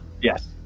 Yes